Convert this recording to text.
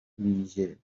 ویژه